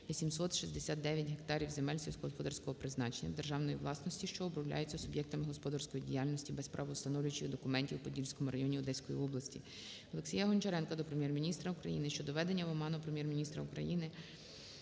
869 гектарів земель сільськогосподарського призначення державної власності, що обробляються суб'єктами господарської діяльності без правовстановлюючих документів в Подільському районі Одеської області. ОлексіяГончаренка до Прем'єр-міністра України щодо введення в оману Прем'єр-міністра України,